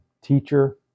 teacher